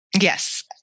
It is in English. Yes